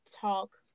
talk